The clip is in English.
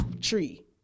tree